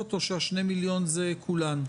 או ש-2 המיליון האלה כוללים את כולם?